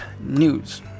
news